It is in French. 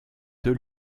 deux